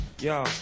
yo